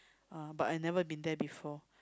uh but I never been there before